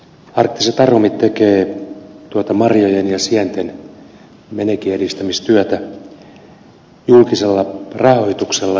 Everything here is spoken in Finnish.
arktiset aromit tekee marjojen ja sienten menekin edistämistyötä julkisella rahoituksella